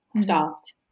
stopped